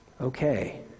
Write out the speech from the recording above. okay